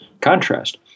contrast